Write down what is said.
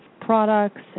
products